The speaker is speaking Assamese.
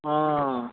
অঁ